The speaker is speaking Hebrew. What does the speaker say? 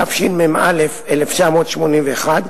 התשמ"א 1981,